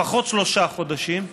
לפחות שלושה חודשים,